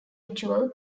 ritual